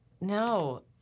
No